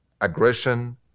aggression